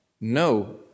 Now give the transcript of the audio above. No